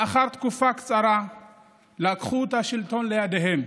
לאחר תקופה קצרה לקחו את השלטון לידיהם,